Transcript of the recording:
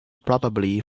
probably